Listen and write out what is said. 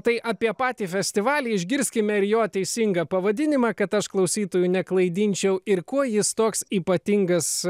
tai apie patį festivalį išgirskime ir jo teisingą pavadinimą kad aš klausytojų neklaidinčiau ir kuo jis toks ypatingas